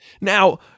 Now